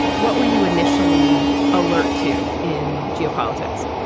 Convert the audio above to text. what were you initially alert to in geopolitics?